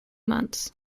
months